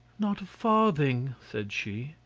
not a farthing, said she.